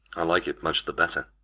i like it much the better.